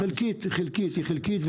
היא חלקית.